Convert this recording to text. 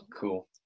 Cool